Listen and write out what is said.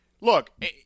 Look